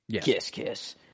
kiss-kiss